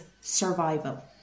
survival